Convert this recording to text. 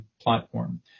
platform